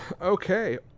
Okay